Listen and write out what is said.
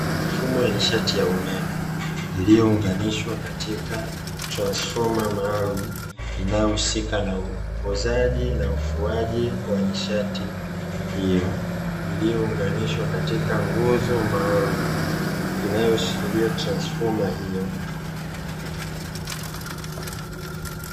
Mifumo ya nishati ya umeme iliyounganishwa katika transifoma maalumu, inayohusika na upoozaji na ufuaji wa nishati hiyo iliyounganishwa katika nguzo maalumu inayoshikilia transifoma hiyo.